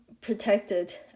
protected